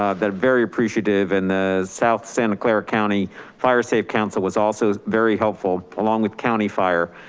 ah that very appreciative and the south santa clara county firesafe council was also very helpful along with county fire.